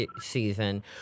season